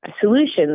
solutions